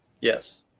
yes